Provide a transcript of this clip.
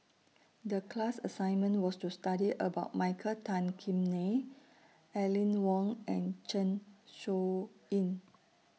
The class assignment was to study about Michael Tan Kim Nei Aline Wong and Zeng Shouyin